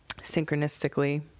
synchronistically